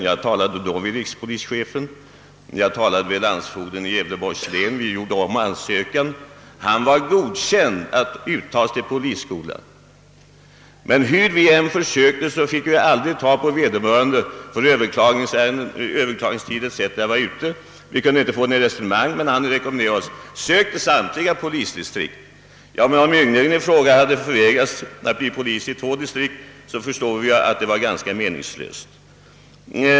Jag talade då med rikspolischefen och landsfogden i Gävleborgs län, och vi gjorde om ansökan. Ynglingen var godkänd för antagning till polisskolan, men hur vi än försökte fick vi aldrig tag på vederbörande förrän överklagningstiden var ute. Man rekommenderade ynglingen att söka till samtliga polisdistrikt, men eftersom han hade förvägrats att bli polis i två distrikt förstod vi att det var ganska meningslöst.